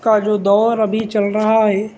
کا جو دور اَبھی چل رہا ہے